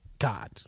God